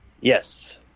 Yes